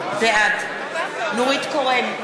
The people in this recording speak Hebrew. בעד נורית קורן,